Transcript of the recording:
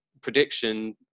prediction